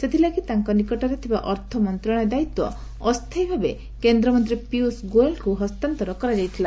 ସେଥିଲାଗି ତାଙ୍କ ନିକଟରେ ଥିବା ଅର୍ଥମନ୍ତ୍ରଣାଳୟ ଦାୟିତ୍ୱ ଅସ୍ଥାୟୀ ଭାବେ କେନ୍ଦ୍ରମନ୍ତ୍ରୀ ପୀୟୁଷ ଗୋଏଲଙ୍କୁ ହସ୍ତାନ୍ତର କରାଯାଇଥିଲା